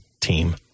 team